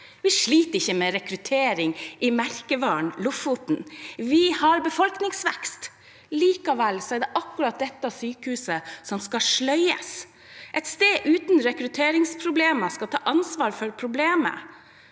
Vi sliter ikke med rekruttering i merkevaren Lofoten – vi har befolkningsvekst – likevel er det akkurat dette sykehuset som skal sløyes. Et sted uten rekrutteringsproblemer skal ta ansvar for problemet.